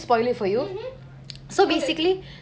mmhmm go ahead